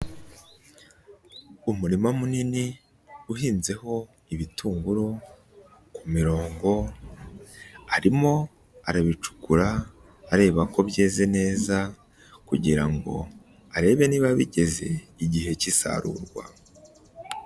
Umurima munini uhinzeho ibitunguru ku mirongo, arimo arabicukura areba ko byeze neza kugirango arebe niba bigeze igihe cy'isarurwa.